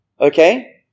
okay